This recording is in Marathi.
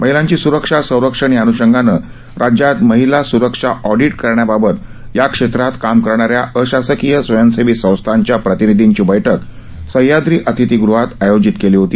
महिलांची सुरक्षा संरक्षण या अन्षंगानं राज्यात महिला सुरक्षा ऑडिट करण्या बाबत या क्षेत्रात काम करणाऱ्या अशासकीय स्वयंसेवी संस्थांच्या प्रतिनिधींची बैठक सह्याद्री अतिथीगृह इथं आयोजित केली होती